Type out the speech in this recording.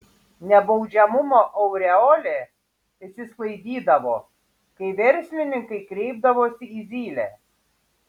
nebaudžiamumo aureolė išsisklaidydavo kai verslininkai kreipdavosi į zylę